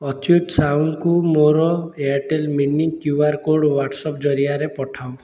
ଅଚ୍ୟୁତ ସାହୁଙ୍କୁ ମୋର Airtel money QR code WhatsApp ଜରିଆରେ ପଠାଅ